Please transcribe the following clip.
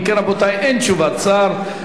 אם כן, רבותי, אין תשובת שר.